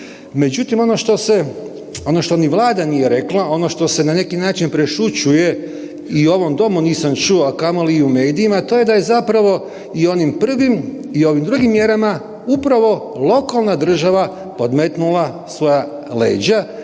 se, ono to ni Vlada nije rekla, ono što se na neki način prešućuje i u ovom Domu nisam čuo, a kamoli u medijima, a to je da je zapravo i onim prvim i ovim drugim mjerama upravo lokalna država podmetnula svoja leđa